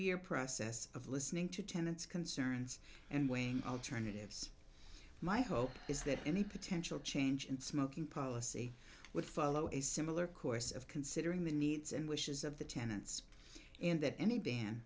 year process of listening to tenants concerns and weighing alternatives my hope is that any potential change in smoking policy would follow a similar course of considering the needs and wishes of the tenants and that any ban